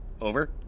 Over